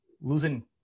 Losing